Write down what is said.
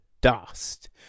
dust